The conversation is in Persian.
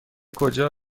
کجا